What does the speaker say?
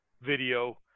video